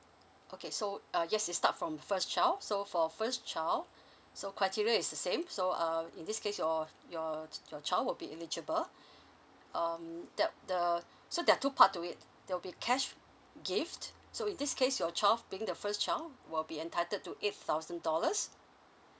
okay so uh yes it's start from first child so for first child so criteria is the same so err in this case your your your child would be eligible um that the so there are two part to it there will be cash gift so in this case your child've been the first child will be entitled to eight thousand dollars